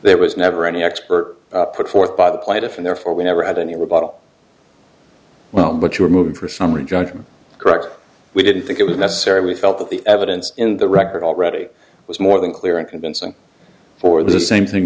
there was never any expert put forth by the plaintiff and therefore we never had any rebuttal well but your move for summary judgment correct we didn't think it was necessary we felt that the evidence in the record already was more than clear and convincing for the same thing